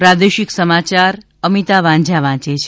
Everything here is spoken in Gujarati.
પ્રાદેશિક સમાયાર અમિતા વાંઝા વાંચે છે